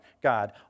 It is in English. God